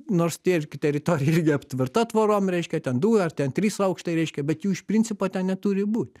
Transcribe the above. nors tie irgi teritorija irgi aptverta tvorom reiškia ten du ar ten trys aukštai reiškia bet jų iš principo ten neturi būt